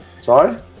sorry